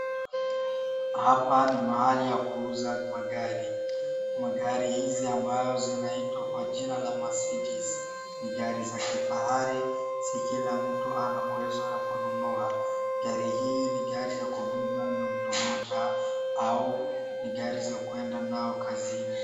Hapa ni mahali pa kuuza magari. Magari hizi ambazo zinaitwa kwa jina la Mercedes ni gari za kifahari sio kila mtu anaweza kununua. Gari hii ni gari ya kubeba mtu mmoja au ni gari za kwenda nazo kazini.